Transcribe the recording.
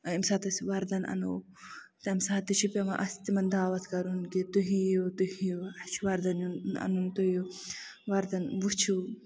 ییٚمہِ ساتہٕ أسۍ وردن اَنو تَمہِ ساتہٕ تہِ چھُ پٮ۪وان اَسہِ تِمَن دعوت کَرُن کہِ تُہۍ یِیو کھٮ۪یو اَسہِ چھُ وردن اَنُن تُہۍ یِیو وَردن وٕچھو